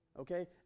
Okay